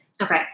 Okay